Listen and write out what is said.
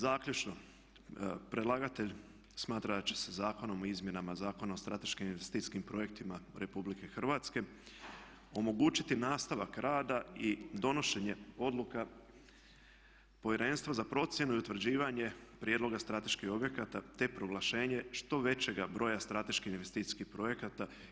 Zaključno, predlagatelj smatra da će se zakonom o izmjenama Zakona o strateškim investicijskim projektima Republike Hrvatske omogućiti nastavak rada i donošenje odluka Povjerenstva za procjenu i utvrđivanje prijedloga strateških objekata te proglašenje što većeg broja strateških investicijskih projekata.